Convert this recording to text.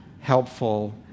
helpful